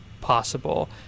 possible